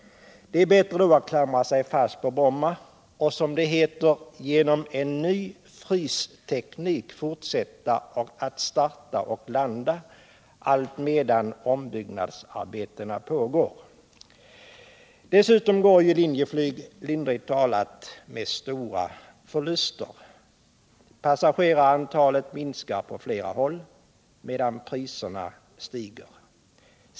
Det är bättre då att klamra sig fast på Bromma och, som det heter, genom en ny frysteknik fortsätta att starta och landa alltmedan ombyggnadsarbetena pågår. Dessutom går ju Linjeflyg lindrigt talat med stora förluster. Passagerarantalet minskar på flera håll, medan priserna stiger.